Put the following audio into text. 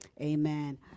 Amen